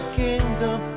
kingdom